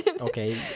Okay